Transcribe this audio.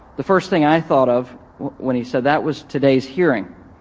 the first thing i thought of when he said that was today's hearing.